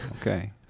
okay